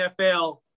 NFL